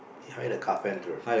he hired a carpenter